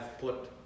put